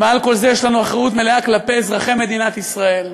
ומעל כל זה יש לנו אחריות מלאה כלפי אזרחי מדינת ישראל.